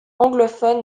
anglophone